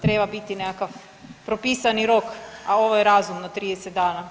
Treba biti nekakav propisani rok, a ovo je razumno 30 dana.